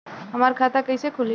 हमार खाता कईसे खुली?